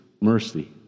mercy